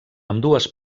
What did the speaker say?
ambdues